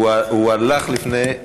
הוא הלך לפני,